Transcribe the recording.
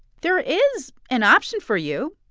there is an option for you.